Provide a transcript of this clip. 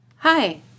Hi